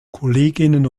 kolleginnen